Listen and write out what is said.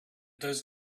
does